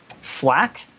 Slack